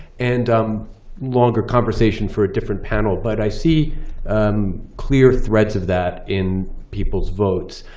and um longer conversation for a different panel, but i see clear threads of that in people's votes.